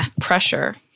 pressure